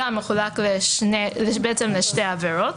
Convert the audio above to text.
זו עבירה יותר חמורה והיא גם מחולקת לשתי עבירות: